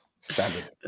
standard